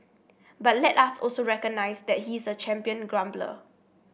but let us also recognise that he is a champion grumbler